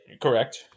Correct